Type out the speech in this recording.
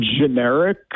generic